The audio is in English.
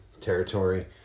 territory